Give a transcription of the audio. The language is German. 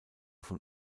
von